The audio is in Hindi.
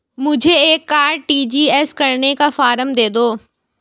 मुझे एक आर.टी.जी.एस करने का फारम दे दो?